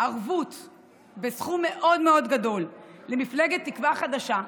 ערבות בסכום מאוד מאוד גדול למפלגת תקווה חדשה,